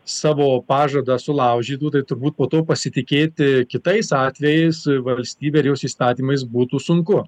savo pažadą sulaužytų tai turbūt po to pasitikėti kitais atvejais valstybe ar jos įstatymais būtų sunku